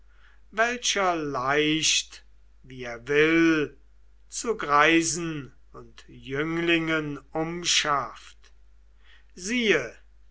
welcher leicht wie er will zu greisen und jünglingen umschafft siehe